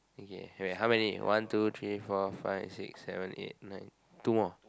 okay wait how many one two three four five six seven eight nine two more